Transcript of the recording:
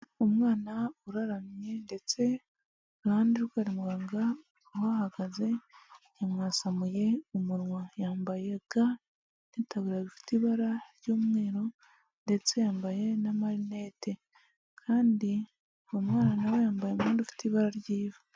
Umwana uraramye ndetse iruhande rwe hari muganga uhahagaze yamwasamuye umunwa, yambaye ga n'itaburiya bifite ibara ry'umweru ndetse yambaye n'amarinete, kandi uwo mwana na we yambaye umwenda ufite ibara ry'ivu.